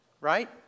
Right